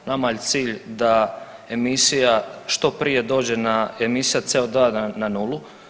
Nama je cilj da emisija što prije dođe na, emisija CO2 na nulu.